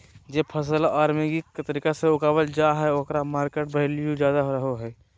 जे फसल ऑर्गेनिक तरीका से उगावल जा हइ ओकर मार्केट वैल्यूआ ज्यादा रहो हइ